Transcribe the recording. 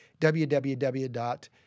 www